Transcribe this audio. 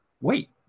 wait